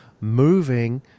moving